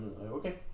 okay